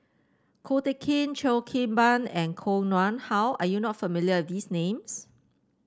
Ko Teck Kin Cheo Kim Ban and Koh Nguang How are you not familiar with these names